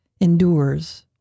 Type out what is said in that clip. endures